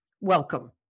Welcome